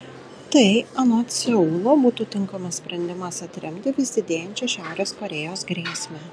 tai anot seulo būtų tinkamas sprendimas atremti vis didėjančią šiaurės korėjos grėsmę